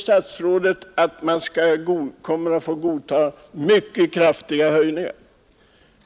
Statsrådet säger att man kommer att få godta mycket kraftiga hyreshöjningar.